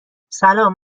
سلام